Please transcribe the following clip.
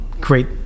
great